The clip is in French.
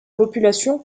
population